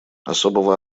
особого